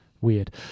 weird